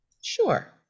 Sure